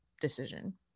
decision